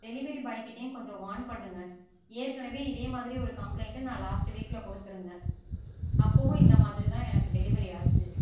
delivery பாய்கிட்டேயும் கொஞ்சம் warn பண்ணுங்க ஏற்கனவே இதே மாதிரி ஒரு கம்பிளைன்ட் நான் லாஸ்ட் வீக்கில் கொடுத்துருந்தேன் அப்போவும் இந்த மாதிரி தான் எனக்கு டெலிவரி ஆச்சு